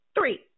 Three